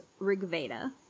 rigveda